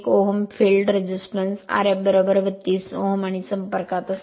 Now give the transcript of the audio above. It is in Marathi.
1 Ω फील्ड रेसिस्टन्स Rf 32 Ω आणि संपर्कात असते